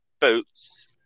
boots